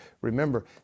remember